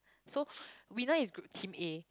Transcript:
so winner is group team A